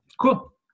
cool